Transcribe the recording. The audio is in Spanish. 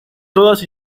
todas